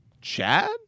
Chad